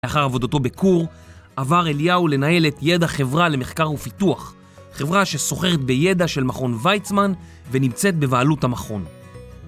לאחר עבודותו בכור, עבר אליהו לנהל את ידע חברה למחקר ופיתוח. חברה שסוחרת בידע של מכון ויצמן ונמצאת בבעלות המכון.